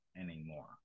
anymore